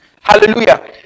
Hallelujah